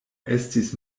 estis